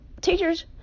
teachers